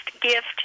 gift